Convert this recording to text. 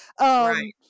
right